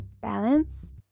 balance